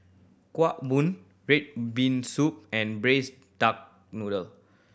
Kueh Bom red bean soup and Braised Duck Noodle